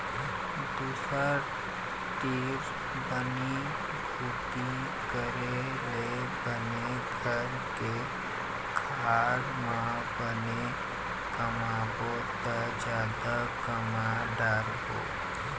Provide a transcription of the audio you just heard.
दूसर तीर बनी भूती करे ले बने घर के खार म बने कमाबो त जादा कमा डारबो